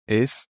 es